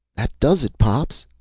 that does it, pops!